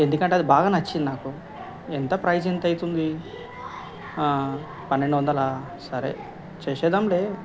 ఎందుకంటే అది బాగా నచ్చింది నాకు ఎంత ప్రైజ్ ఎంతవుతుంది పన్నెండు వందలా సరే చేసేద్దాములేే